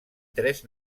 tres